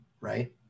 Right